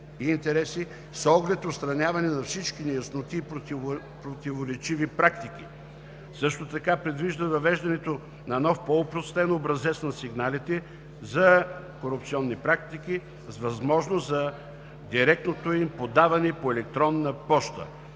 и интереси с оглед отстраняване на всички неясноти и противоречиви практики. Също така предвижда въвеждането на нов по-опростен образец на сигналите за корупционни практики с възможност за директното им подаване по електронна поща.